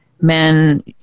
men